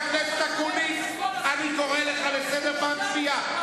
חבר הכנסת אקוניס, אני קורא אותך לסדר פעם שנייה.